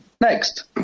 next